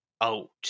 out